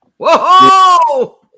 Whoa